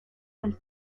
del